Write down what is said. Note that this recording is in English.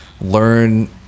learn